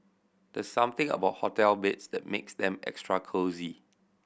there's something about hotel beds that makes them extra cosy